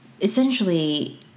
essentially-